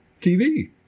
TV